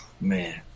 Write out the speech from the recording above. man